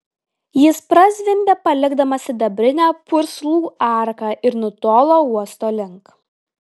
jis prazvimbė palikdamas sidabrinę purslų arką ir nutolo uosto link